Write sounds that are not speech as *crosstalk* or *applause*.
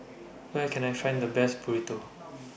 *noise* Where Can I Find The Best Burrito